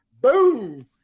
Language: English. Boom